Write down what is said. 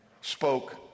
spoke